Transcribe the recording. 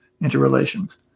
interrelations